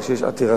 אבל כשיש עתירה,